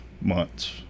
months